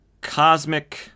Cosmic